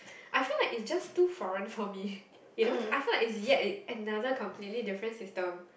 I feel like it's just too foreign for me you know I feel like it's yet another completely different system